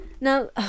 now